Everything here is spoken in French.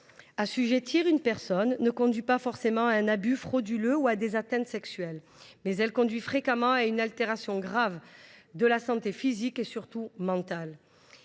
Assujettir une personne ne conduit pas forcément à un abus frauduleux ou à des atteintes sexuelles, mais cela aboutit fréquemment à une altération grave de la santé physique et, surtout, mentale